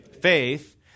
Faith